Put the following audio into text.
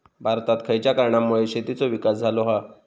भारतात खयच्या कारणांमुळे शेतीचो विकास झालो हा?